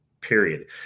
period